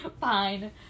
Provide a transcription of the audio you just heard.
Fine